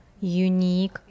unique